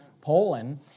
Poland